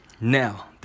now